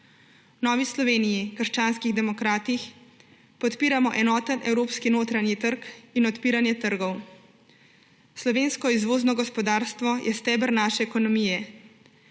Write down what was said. V Novi Sloveniji – krščanskih demokratih podpiramo enoten evropski notranji trg in odpiranje trgov. Slovensko izvozno gospodarstvo je steber naše ekonomije.